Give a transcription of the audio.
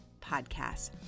podcast